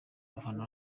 abafana